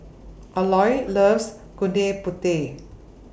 Aloys loves Gudeg Putih